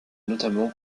notamment